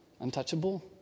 untouchable